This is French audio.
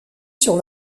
sur